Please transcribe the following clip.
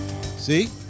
See